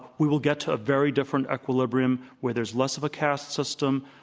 we will get to a very different equilibrium where there's less of a caste system,